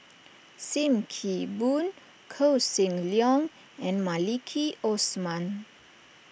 Sim Kee Boon Koh Seng Leong and Maliki Osman